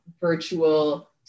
virtual